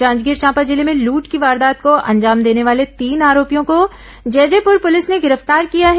जांजगीर चांपा जिले में लूट की वारदात को अंजाम देने वाले तीन ैआरोपियों को जैजैपुर पुलिस ने गिरफ्तार किया है